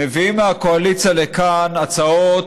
מביאים מהקואליציה לכאן הצעות,